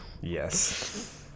Yes